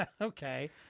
Okay